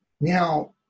Now